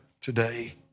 today